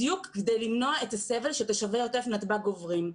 בדיוק כדי למנוע את הסבל שתושבי עוטף נתב"ג עוברים.